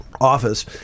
office